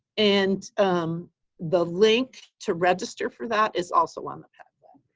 and the link to register for that is also on the padlet.